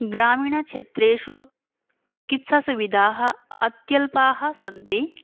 ग्रामीणक्षेत्रेषु चिकित्सासुविधाः अत्यल्पाः सन्ति